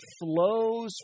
flows